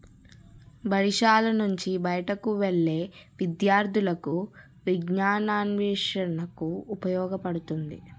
బడిశాల నుంచి బయటకు వెళ్లే విద్యార్థులకు విజ్ఞానాన్వేషణకు ఉపయోగపడుతుంది